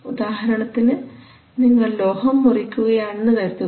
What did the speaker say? ഉദാഹരണത്തിന് നിങ്ങൾ ലോഹം മുറിക്കുകയാണെന്ന് കരുതുക